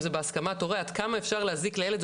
אם זה בהסכמת הורה עד כמה אפשר להזיק לילד,